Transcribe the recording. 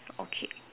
okay